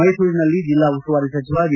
ಮೈಸೂರಿನಲ್ಲಿ ಜಿಲ್ಲಾ ಉಸ್ತುವಾರಿ ಸಚಿವ ಜಿ